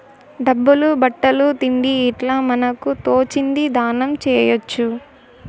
డబ్బులు బట్టలు తిండి ఇట్లా మనకు తోచింది దానం చేయొచ్చు